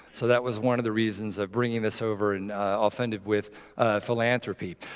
so that was one of the reasons of bringing this over and off ended with philanthropy.